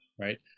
Right